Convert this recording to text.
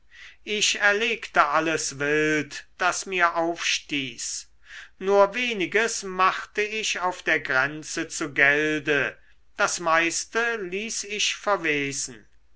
ich erlegte alles wild das mir aufstieß nur weniges machte ich auf der grenze zu gelde das meiste ließ ich verwesen